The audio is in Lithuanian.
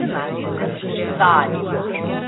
finansines sąlygas